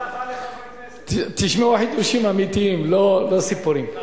תשמעו חידושים אמיתיים, לא סיפורים.